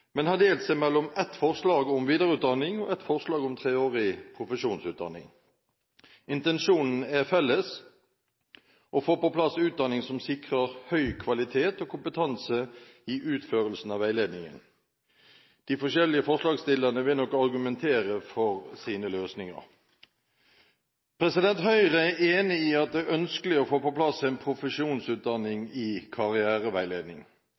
men har delt seg mellom ett forslag om videreutdanning og ett forslag om treårig profesjonsutdanning. Intensjonen er felles – å få på plass utdanning som sikrer høy kvalitet og kompetanse i utførelsen av veiledningen. De forskjellige forslagsstillerne vil nok argumentere for sine løsninger. Høyre er enig i at det er ønskelig å få på plass en profesjonsutdanning i karriereveiledning.